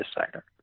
decider